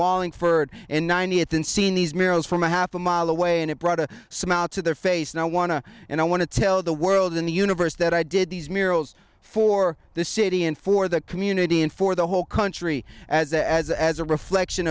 wallingford in ninety eight then seen these mails from a half a mile away and it brought a smile to their face and i want to and i want to tell the world in the universe that i did these miracles for the city and for the community and for the whole country as a as a as a reflection